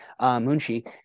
Munshi